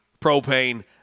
propane